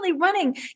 running